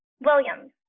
Williams